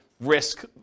risk